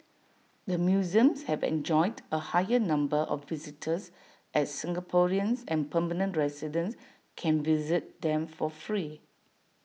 the museums have enjoyed A higher number of visitors as Singaporeans and permanent residents can visit them for free